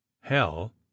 hell